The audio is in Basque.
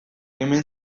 hemen